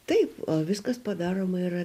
taip o viskas padaroma yra